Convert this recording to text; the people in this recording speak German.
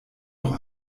doch